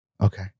Okay